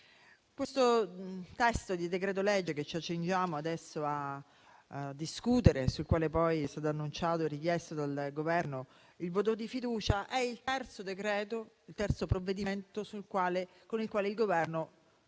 il testo di decreto-legge che ci accingiamo a discutere, sul quale poi è stato annunciato e richiesto dal Governo il voto di fiducia, è il terzo provvedimento d'urgenza con il quale il Governo